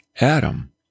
Adam